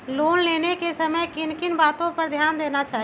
Loan लेने के समय किन किन वातो पर ध्यान देना चाहिए?